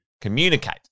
communicate